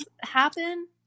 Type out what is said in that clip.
happen